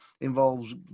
involves